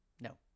No